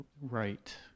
right